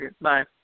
Bye